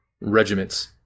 regiments